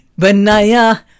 banaya